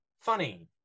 funny